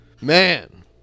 man